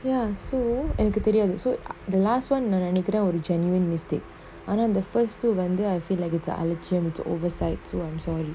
ya so எனக்குதெரியாது:enaku theriathu so the last [one] நெனைக்கிறேன்:nenaikren will the genuine mistake and then the first two vendor I feel like it's an action it's oversight so I'm sorry